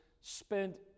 spent